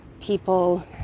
people